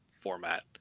format